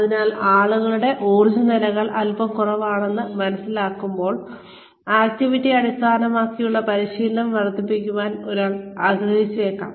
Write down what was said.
അതിനാൽ ആളുകളുടെ ഊർജനിലകൾ അൽപ്പം കുറവാണെന്ന് മനസ്സിലാക്കുമ്പോൾ ആക്റ്റിവിറ്റി അടിസ്ഥാനമാക്കിയുള്ള പരിശീലനം വർദ്ധിപ്പിക്കാൻ ഒരാൾ ആഗ്രഹിച്ചേക്കാം